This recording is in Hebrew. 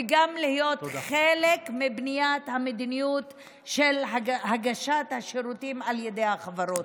וגם להיות חלק מבניית המדיניות של הגשת השירותים על ידי החברות.